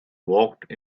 walked